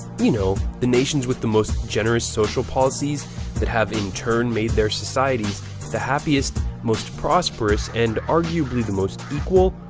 you know, the nations with the most generous social policies that have in turn made their societies the happiest, most prosperous, and arguably the most equal,